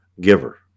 giver